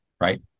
right